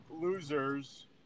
losers